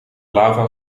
lava